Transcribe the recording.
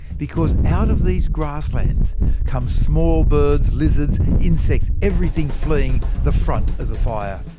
because out of these grasslands come small birds, lizards, insects, everything fleeing the front of the fire.